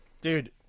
dude